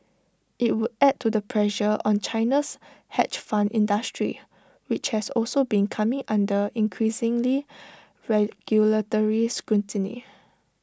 IT would add to the pressure on China's hedge fund industry which has also been coming under increasingly regulatory scrutiny